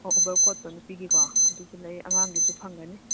over ꯀꯣꯠꯇ ꯅꯨꯤꯒꯤꯀꯣ ꯑꯗꯨꯁꯨ ꯂꯩ ꯑꯉꯥꯡꯒꯤꯁꯨ ꯐꯪꯒꯅꯤ